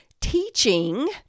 teaching